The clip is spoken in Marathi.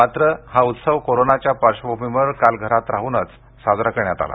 मात्र हा उत्सव कोरोनाच्या पार्श्वभूमीवर काल घरात राहूनच हा उत्सव साजरा करण्यात आला